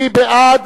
מי בעד?